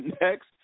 next